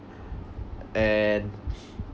and